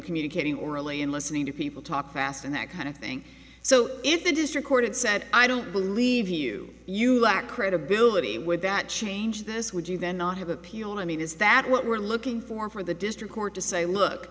communicating orally and listening to people talk fast and that kind of thing so if it is recorded said i don't believe you you lack credibility would that change this would you then not have appeal i mean is that what we're looking for for the district court to say look